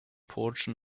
portion